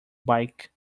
bike